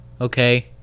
okay